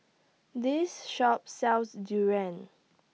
This Shop sells Durian